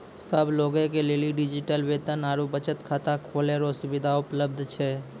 सब लोगे के लेली डिजिटल वेतन आरू बचत खाता खोलै रो सुविधा उपलब्ध छै